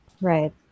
right